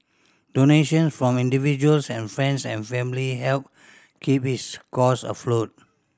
donation from individuals and friends and family helped keep his cause afloat